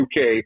UK